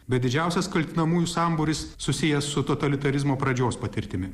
bet didžiausias kaltinamųjų sambūris susijęs su totalitarizmo pradžios patirtimi